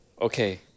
Okay